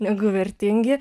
negu vertingi